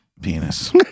penis